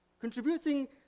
Contributing